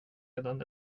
redan